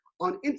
on